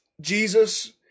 Jesus